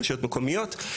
רשויות מקומיות.